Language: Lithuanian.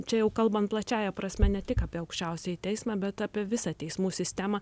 čia jau kalbant plačiąja prasme ne tik apie aukščiausiąjį teismą bet apie visą teismų sistemą